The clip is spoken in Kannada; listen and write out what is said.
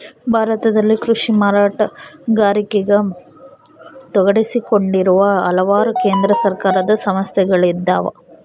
ಭಾರತದಲ್ಲಿ ಕೃಷಿ ಮಾರಾಟಗಾರಿಕೆಗ ತೊಡಗಿಸಿಕೊಂಡಿರುವ ಹಲವಾರು ಕೇಂದ್ರ ಸರ್ಕಾರದ ಸಂಸ್ಥೆಗಳಿದ್ದಾವ